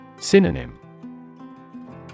Synonym